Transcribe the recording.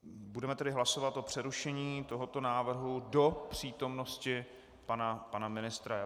Budeme tedy hlasovat o přerušení tohoto návrhu do přítomnosti pana ministra.